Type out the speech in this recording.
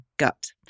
Gut